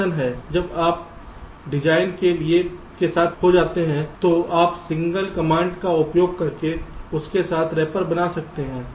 एक बार जब आप डिजाइन के साथ पूरा हो जाते हैं तो आप सिंगल कमांड का उपयोग करके इसके साथ रैपर बना सकते हैं